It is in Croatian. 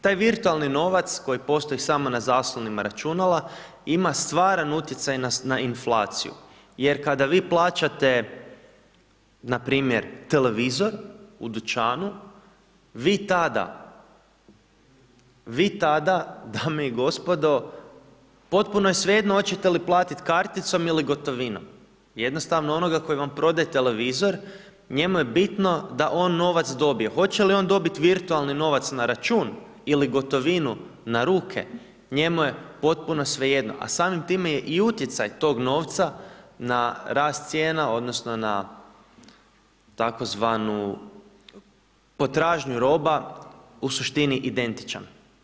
Taj virtualni novac koji postoji samo na zaslonima računala ima stvaran utjecaj na inflaciju jer kada vi plaćate npr. televizor u dućanu, vi tada dame i gospodo, potpuno je svejedno hoćete li platiti karticom ili gotovinom, jednostavno onoga koji vam prodaje televizor, njemu je bitno da on novac dobije, hoće li on dobiti virtualni novac na račun ili gotovinu na ruke, njemu je potpuno svejedno, a samim time i utjecaj tog novca na rast cijena odnosno na tzv. potražnju roba u suštini identičan.